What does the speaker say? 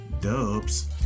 dubs